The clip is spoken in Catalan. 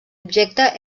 objecte